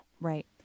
Right